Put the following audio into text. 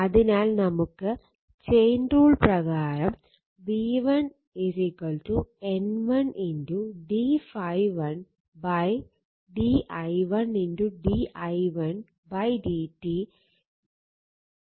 അതിനാൽ നമുക്ക് chain rule പ്രകാരം v1 N1 d ∅1 d i1 d i1 dt